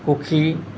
সুখী